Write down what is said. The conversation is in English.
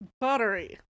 Buttery